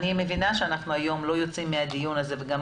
אני מבינה שאנחנו לא יוצאים היום מהדיון הזה וגם